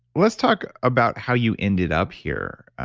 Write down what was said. let's talk about how you ended up here.